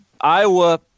Iowa